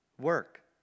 Work